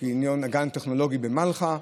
הגן הטכנולוגי במלחה,